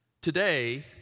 Today